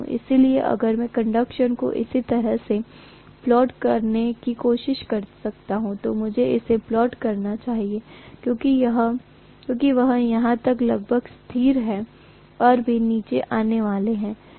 इसलिए अगर मैं इंडक्शन को इसी तरह से प्लॉट करने की कोशिश करता हूं तो मुझे इसे प्लॉट करना चाहिए क्योंकि यह यहां तक लगभग स्थिर है और फिर नीचे आने वाला है